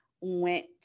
went